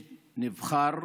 שנבחר